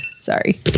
sorry